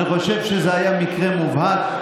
אני חושב שזה היה מקרה מובהק.